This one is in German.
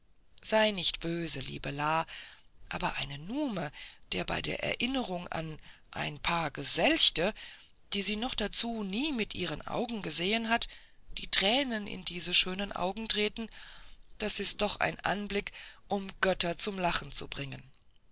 sei nicht böse liebe la aber eine nume der bei der erinnerung an ein paar geselchte die sie noch dazu nie mit ihren augen gesehen hat die tränen in diese schönen augen treten das ist doch ein anblick um götter zum lachen zu bringen